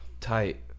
Tight